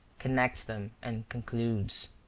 connects them and concludes.